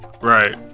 Right